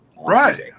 Right